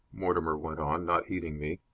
mortimer went on, not heeding me.